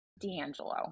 D'Angelo